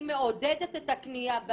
היא מעודדת את הקנייה.